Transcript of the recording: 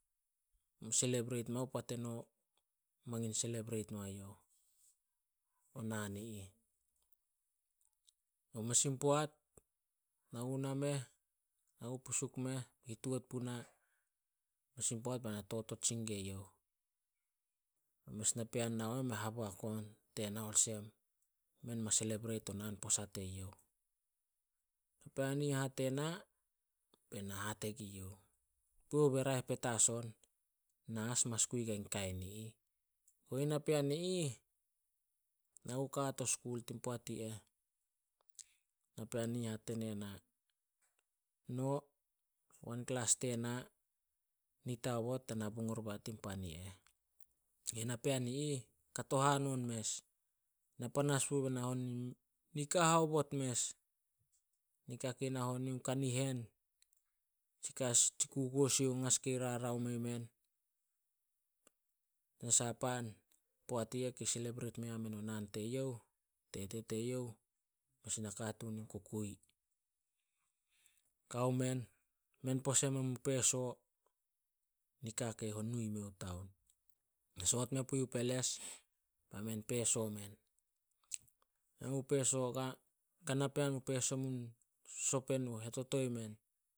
﻿Selebreit mao poat eno mangin selebreit mai youh, o naan i ih. Mes in poat na gu nameh, na gu pusuk meh, hitout puna, mes in poat bai na totot sin gue youh. Mes napean nao meh me haboak on tena olsem men ma selebreit o naan posa teyouh. Napean i ih hate na be na hate gue youh, "Puoh, be raeh petas on, na as mas kui guai kain i ih." Kobe napean i ih, naku ka a to skul yin poat i eh. Napean i ih hate ne na, "No wan klas tena, nit aobot tana bung oriba tin pan i eh." Yi napean i ih, kato hanon mes. Na panas puh be na hon nika haobot mes. Nika kei na hon yuh in kanihen, tsi kukuo sioung as kei rarao mei men. Poat i eh kei selebreit mea men mo naan teyouh, tete teyouh, mes nakatuun in kukui. Kao men, men pose men mu peso nika kei nu i miouh i taon. Soot me puyuh peles, be men peso men. Men mu peso Kana pean peso mun sopen nuh hetoto i men.